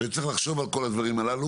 צריך לחשוב על כול הדברים האלה,